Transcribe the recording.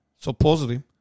supposedly